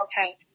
Okay